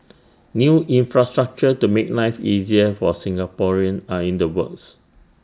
new infrastructure to make life easier for Singaporeans are in the works